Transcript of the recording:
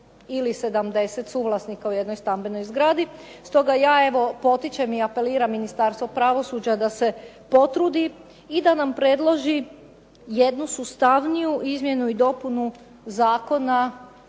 ili 70 suvlasnika u jednoj stambenoj zgradi. Stoga evo ja potičem i apeliram Ministarstvo pravosuđa da se potrudi i da nam predloži jednu sustavniju izmjenu i dopunu zakona